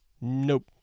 Nope